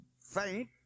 faint